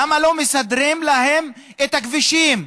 למה לא מסדרים להם את הכבישים,